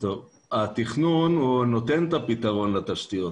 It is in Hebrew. התכנון נותן את הפתרון לתשתיות.